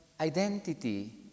identity